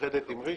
מתאחדת עם ראשון,